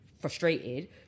frustrated